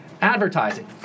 Advertising